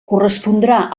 correspondrà